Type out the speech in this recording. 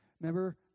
Remember